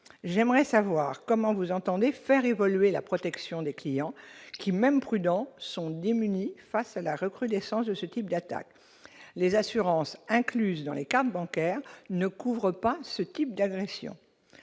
j'aimerais savoir comment vous entendez faire évoluer la protection des clients qui même prudent sont démunis face à la recrudescence de ce type d'attaque, les assurances incluses dans les cartes bancaires ne couvre pas ce type d'agression